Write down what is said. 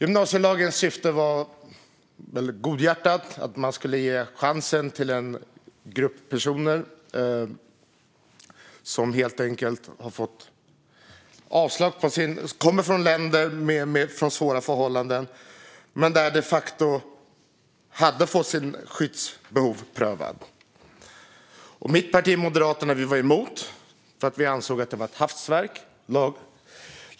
Dess syfte var gott. En grupp personer från länder med svåra förhållanden skulle få chans att stanna, trots att de de facto hade fått sina skyddsbehov prövade och fått avslag. Vi moderater var emot detta för att vi ansåg att lagen var ett hafsverk.